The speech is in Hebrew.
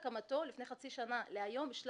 של ההתמקצעות ורשויות לאט לאט מתחילות להיכנס לעולם הזה.